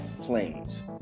planes